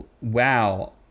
Wow